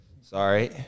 Sorry